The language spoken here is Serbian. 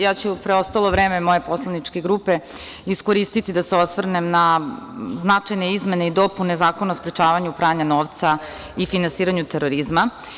Ja ću preostalo vreme moje poslaničke grupe iskoristiti da se osvrnem na značajne izmene i dopune Zakona o sprečavanju pranja novca i finansiranju terorizma.